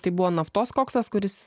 tai buvo naftos koksas kuris